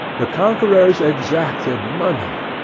the conquerors exacted money,